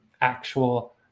actual